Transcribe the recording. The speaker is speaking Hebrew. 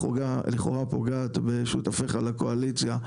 לכאורה פוגעת בשותפיך לקואליציה,